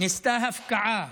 ניסתה הפקעה,